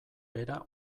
bera